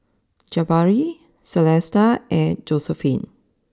Jabari Celesta and Josiephine